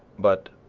but,